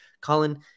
Colin